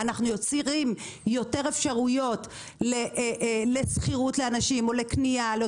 אנחנו יוצרים יותר אפשרויות לשכירות או לקנייה לאנשים,